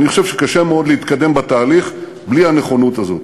אני חושב שקשה מאוד להתקדם בתהליך בלי הנכונות הזו.